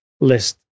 list